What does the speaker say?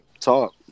Talk